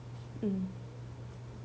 mm